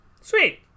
Sweet